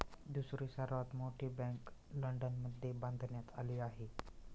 दुसरी सर्वात मोठी बँक लंडनमध्ये बांधण्यात आली आहे